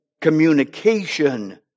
communication